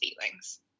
feelings